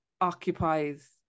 occupies